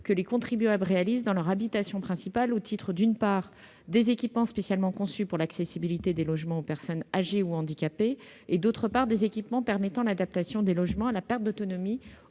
que les contribuables réalisent dans leur habitation principale, au titre, d'une part, des équipements spécialement conçus pour l'accessibilité des logements aux personnes âgées ou handicapées, et, d'autre part, au titre des équipements permettant l'adaptation des logements à la perte d'autonomie